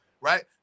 right